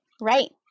right